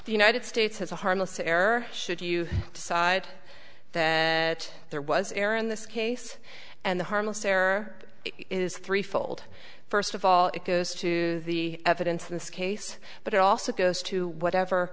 the united states has a harmless error should you decide that there was error in this case and the harmless error is three fold first of all it goes to the evidence in this case but it also goes to whatever